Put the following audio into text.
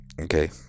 okay